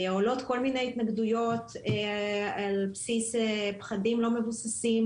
עולות כל מיני התנגדויות על בסיס פחדים לא מבוססים.